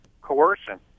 coercion